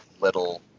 little